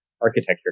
architecture